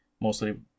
mostly